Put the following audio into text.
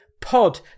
Pod